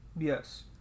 Yes